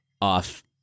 off